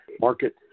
market